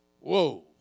Whoa